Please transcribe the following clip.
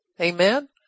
Amen